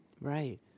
right